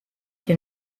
him